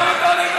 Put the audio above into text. אז למה אתה עונה,